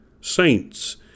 saints